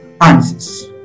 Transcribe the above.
answers